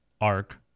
arc